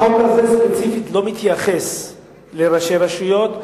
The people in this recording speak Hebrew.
החוק הזה ספציפית לא מתייחס לראשי רשויות.